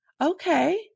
Okay